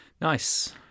Nice